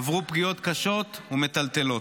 עברו פגיעות קשות ומטלטלות.